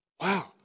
Wow